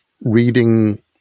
reading